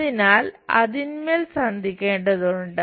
അതിനാൽ അതിന്മേൽ സന്ധിക്കേണ്ടതുണ്ട്